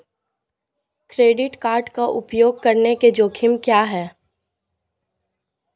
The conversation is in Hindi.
क्रेडिट कार्ड का उपयोग करने के जोखिम क्या हैं?